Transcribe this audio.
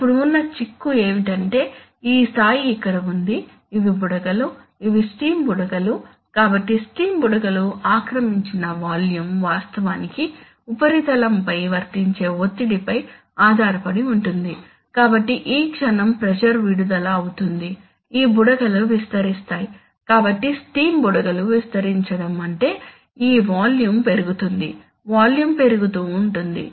ఇప్పుడు ఉన్న చిక్కు ఏమిటంటే ఈ స్థాయి ఇక్కడ ఉంది ఇవి బుడగలు ఇవి స్టీమ్ బుడగలు కాబట్టి స్టీమ్ బుడగలు ఆక్రమించిన వాల్యూమ్ వాస్తవానికి ఉపరితలంపై వర్తించే ఒత్తిడిపై ఆధారపడి ఉంటుంది కాబట్టి ఈ క్షణం ప్రెషర్ విడుదల అవుతుంది ఈ బుడగలు విస్తరిస్తాయి కాబట్టి స్టీమ్ బుడగలు విస్తరించడం అంటే ఈ వాల్యూమ్ పెరుగుతుంది వాల్యూమ్ పెరుగుతూ ఉంటుంది